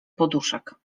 poduszek